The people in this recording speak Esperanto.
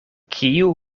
kiu